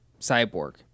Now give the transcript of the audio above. Cyborg